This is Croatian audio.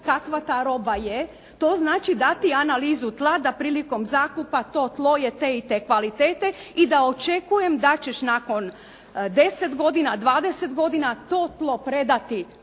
kakva ta roba je, to znači dati analizu tla da prilikom zakupa to tlo je te i te kvalitete, i da očekujem da ćeš nakon 10 godina, 20 godina toplo predati tok